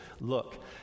look